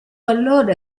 allora